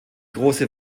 große